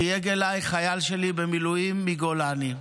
חייג אליי חייל שלי במילואים מגולני,